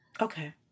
Okay